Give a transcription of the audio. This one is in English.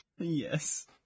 Yes